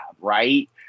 right